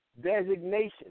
designation